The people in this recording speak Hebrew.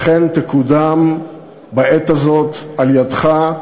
אכן יקודם בעת הזאת על-ידך,